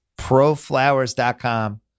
proflowers.com